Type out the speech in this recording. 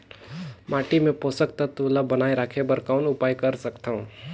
माटी मे पोषक तत्व ल बनाय राखे बर कौन उपाय कर सकथव?